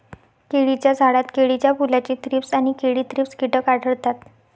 केळीच्या झाडात केळीच्या फुलाचे थ्रीप्स आणि केळी थ्रिप्स कीटक आढळतात